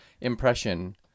impression